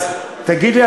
אז תגיד לי,